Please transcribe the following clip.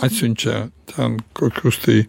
atsiunčia ten kokius tai